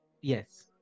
Yes